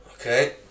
Okay